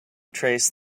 trace